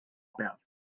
pealt